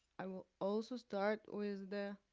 i will also start with the.